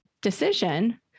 decision